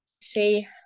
Say